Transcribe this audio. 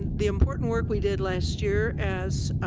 and the important work we did last year as